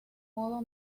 modo